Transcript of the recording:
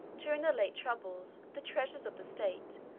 during the late troubles, the treasures of the state,